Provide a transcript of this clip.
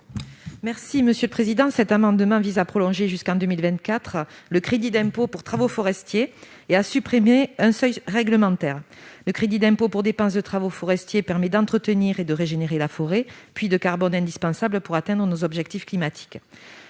Mme Maryse Carrère. Cet amendement vise à prolonger jusqu'en 2024 le crédit d'impôt pour dépenses de travaux forestiers et à supprimer un seuil réglementaire. Le crédit d'impôt pour dépenses de travaux forestiers permet d'entretenir et de régénérer la forêt, ce puits de carbone indispensable pour atteindre nos objectifs climatiques.